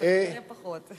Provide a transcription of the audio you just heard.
בפריפריה פחות.